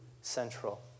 central